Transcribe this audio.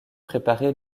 préparer